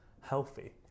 healthy